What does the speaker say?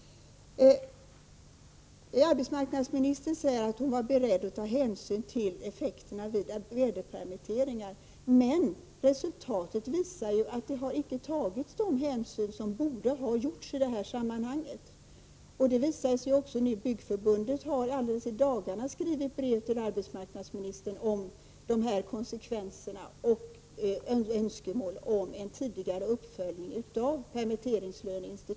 Arbetsmarknadsministern sade att hon är beredd att ta hänsyn till effekterna vid väderpermitteringar, men resultatet visar ju att man inte har tagit de hänsyn som man borde ha tagit i detta sammanhang. Byggförbundet har alldeles i dagarna skrivit ett brev till arbetsmarknadsministern och framfört önskemål om en tidigare uppföljning av permitteringslöneinstitutet.